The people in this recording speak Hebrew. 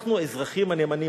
אנחנו האזרחים הנאמנים.